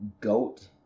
goat